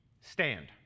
stand